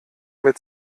mit